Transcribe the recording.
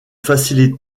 facilite